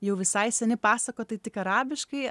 jau visai seni pasakotojai tik arabiškai